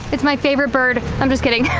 it's my favorite bird. i'm just kidding.